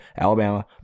Alabama